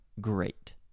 great